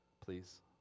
Please